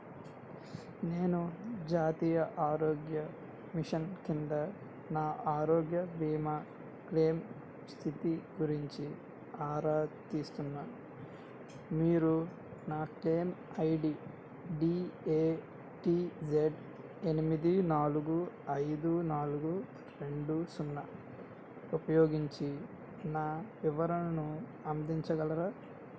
నేను జాతీయ ఆరోగ్య మిషన్ కింద నా ఆరోగ్య బీమా క్లేమ్ స్థితి గురించి ఆరా తీస్తున్నా మీరు నా claim ID D A T Z ఎనిమిది నాలుగు ఐదు నాలుగు రెండు సున్నా ఉపయోగించి నా వివరణను అందించగలరా